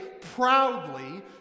proudly